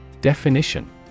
Definition